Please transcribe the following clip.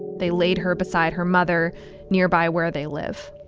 they laid her beside her mother nearby where they live